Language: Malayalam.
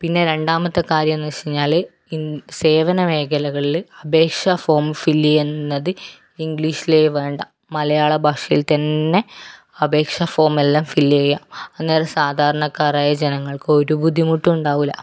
പിന്നെ രണ്ടാമത്തെ കാര്യം എന്നു വെച്ചു കഴിഞ്ഞാല് സേവന മേഖലകളില് അപേക്ഷ ഫോം ഫിൽ ചെയ്യുന്നത് ഇംഗ്ലീഷിൽ വേണ്ട മലയാളഭാഷയിൽ തന്നെ അപേക്ഷ ഫോം എല്ലാം ഫിൽ ചെയ്യുക അന്നേരം സാധാരണക്കാരായ ജനങ്ങൾക്ക് ഒരു ബുദ്ധിമുട്ടും ഉണ്ടാവില്ല